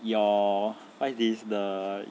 your what's this the